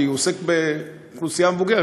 כי הוא עוסק באוכלוסייה מבוגרת,